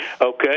okay